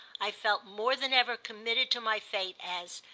i felt more than ever committed to my fate as,